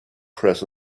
press